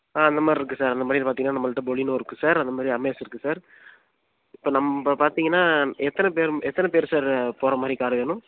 ஆ அந்த மாதிரி இருக்குது சார் அந்த மாதிரி பார்த்திங்கன்னா நம்மள்ட்ட பொலீனோ இருக்குது சார் அந்த மாதிரி அமேஸ் இருக்குது சார் இப்போ நம்ம பார்த்திங்கன்னா எத்தனை பேர் எத்தனை பேர் சார் போகிற மாதிரி கார் வேணும்